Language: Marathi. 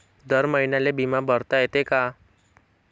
दर महिन्याले बिमा भरता येते का?